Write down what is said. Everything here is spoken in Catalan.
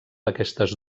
aquestes